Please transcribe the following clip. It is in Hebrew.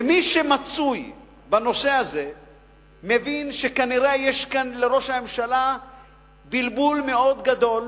מי שמצוי בנושא הזה מבין שכנראה יש כאן לראש הממשלה בלבול מאוד גדול